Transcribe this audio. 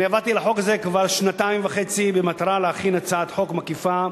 אני עבדתי על החוק הזה שנתיים וחצי במטרה להכין הצעת חוק מקיפה.